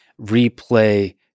replay